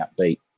upbeat